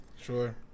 Sure